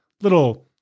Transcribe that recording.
little